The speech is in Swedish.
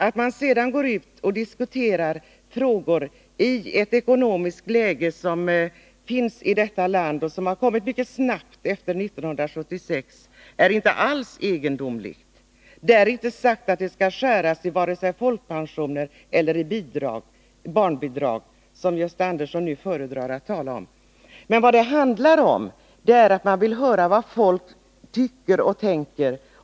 Att man går ut och diskuterar frågor i det ekonomiska läge vi har i detta land och som har uppkommit mycket snabbt efter 1976 är inte alls egendomligt. Det är inte sagt att det skall skäras i vare sig folkpensioner eller barnbidag, som Gösta Andersson nu föredrar att tala om. Vad det handlar om är att man vill höra vad folk tycker och tänker.